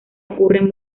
ocurren